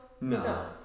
No